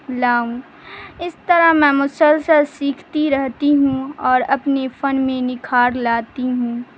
لاؤں اس طرح میں مسلسل سیکھتی رہتی ہوں اور اپنے فن میں نکھار لاتی ہوں